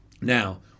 Now